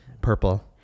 Purple